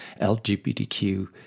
LGBTQ